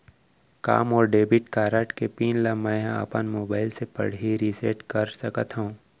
का मोर debit card के पिन ल मैं ह अपन मोबाइल से पड़ही रिसेट कर सकत हो?